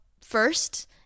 first